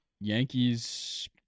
Yankees